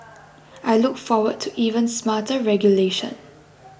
I look forward to even smarter regulation